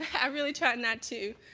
i really tried not to.